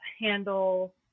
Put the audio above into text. handle